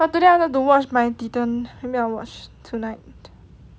but today I wanted to watch mine but I didn't maybe I'll watch tonight